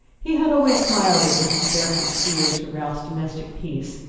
he had always smiled at mrs. fairford's fears for ralph's domestic peace.